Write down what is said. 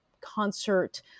concert